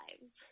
lives